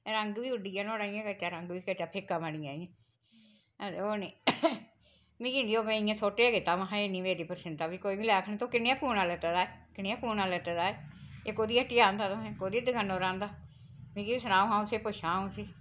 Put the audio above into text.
रंग बी उड्डी गेआ नुआढ़ा इयां कच्चा रंग कच्चा फिक्का बनी गेआ इ'यां ओह् नी मिगी नी ओह् में इ'यां सुट्ट गै महां एह् नी मेरी पसंदा कोई बी लै ते तूं कनेहा पूना लैता दा कनेहा पूना लैते दा ऐ एह् कोह्दी ह्ट्टियै आंदा तोहें कोह्दी दकानै पर आंदा मिगी सनाओ हा उसी पुच्छां अ'ऊं उसी